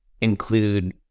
include